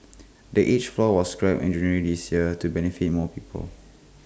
the age floor was scrapped in January this year to benefit more people